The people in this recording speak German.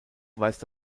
weist